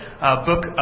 book